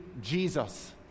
Jesus